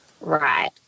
Right